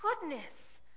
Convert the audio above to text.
goodness